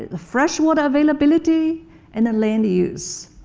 the freshwater availability and the land use.